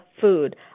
food